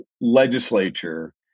legislature